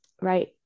right